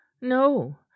no